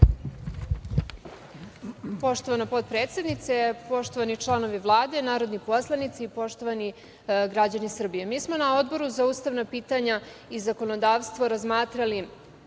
Poštovana potpredsednice, poštovani članovi Vlade, narodni poslanici, poštovani građani Srbije, mi smo na Odboru za ustavna pitanja i zakonodavstvo razmatrali